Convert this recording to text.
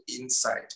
inside